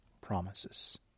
promises